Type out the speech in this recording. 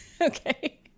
Okay